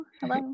hello